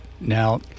Now